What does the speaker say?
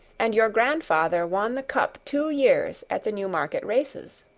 and your grandfather won the cup two years at the newmarket races